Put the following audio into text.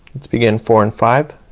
let's begin four and five.